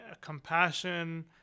compassion